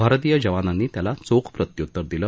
भारतीय जवानांनी त्याला चोख प्रत्युत्तर दिलं